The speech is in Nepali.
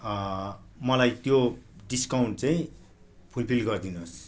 मलाई त्यो डिसकाउन्ट चाहिँ फुलफिल गरिदिनुहोस्